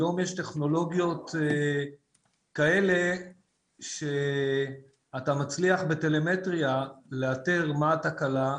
היום יש טכנולוגיות כאלה שאתה מצליח בטלמטריה לאתר מה התקלה.